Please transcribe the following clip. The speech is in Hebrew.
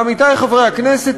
עמיתי חברי הכנסת,